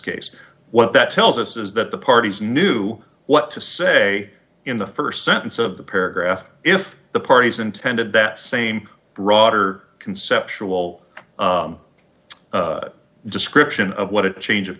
case what that tells us is that the parties knew what to say in the st sentence of the paragraph if the parties intended that same broader conceptual description of what it change of